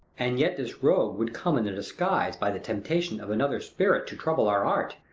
and yet this rogue would come in a disguise, by the temptation of another spirit, to trouble our art,